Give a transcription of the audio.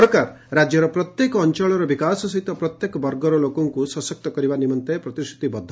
ସରକାର ରାଜ୍ୟର ପ୍ରତ୍ୟେକ ଅଞ୍ଞଳର ବିକାଶ ସହିତ ପ୍ରତ୍ୟେକ ବର୍ଗର ଲୋକଙ୍କ ସଶକ୍ତ କରିବା ନିମନ୍ତେ ପ୍ରତିଶ୍ରତିବଦ୍ଧ